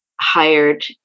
hired